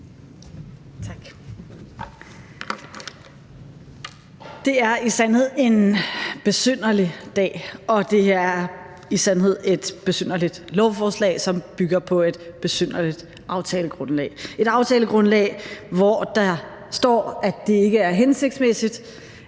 Det er i sandhed en besynderlig dag, og det er i sandhed et besynderligt lovforslag, som bygger på et besynderligt aftalegrundlag, et aftalegrundlag, hvor der står, at det ikke er hensigtsmæssigt,